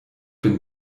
bin